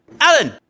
Alan